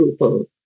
group